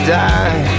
die